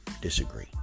disagree